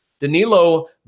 Danilo